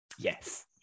yes